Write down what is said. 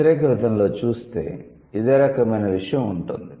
వ్యతిరేక విధంలో చూస్తే ఇదే రకమైన విషయం ఉంటుంది